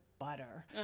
butter